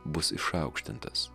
bus išaukštintas